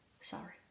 sorry